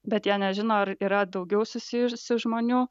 bet jie nežino ar yra daugiau susijusių žmonių